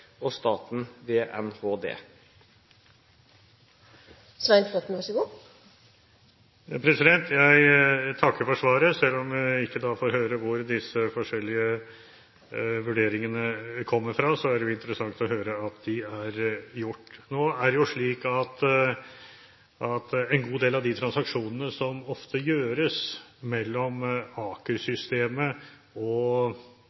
og staten ved NHD. Jeg takker for svaret. Selv om jeg ikke får høre hvor disse forskjellige vurderingene kommer fra, er det interessant å høre at de er gjort. Nå er det jo slik at en god del av de transaksjonene som ofte gjøres mellom